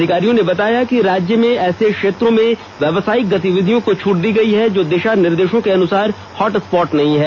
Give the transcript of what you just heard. अधिकारी ने बताया कि राज्यों में ऐसे क्षेत्रों में व्यावसायिक गतिविधि को छूट दी गई है जो दिशानिर्देशों के अनुसार हॉटस्पॉट नहीं है